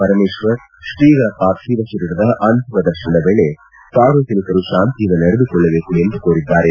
ಪರಮೇಶ್ವರ್ ತ್ರೀಗಳ ಪಾರ್ಥಿವ ಶರೀರದ ಅಂತಿಮ ದರ್ಶನದ ವೇಳೆ ಸಾರ್ವಜನಿಕರು ಶಾಂತಿಯಿಂದ ನಡೆದುಕೊಳ್ಳಬೇಕು ಎಂದು ಕೋರಿದ್ದಾರೆ